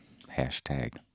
hashtag